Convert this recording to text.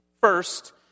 First